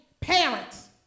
parents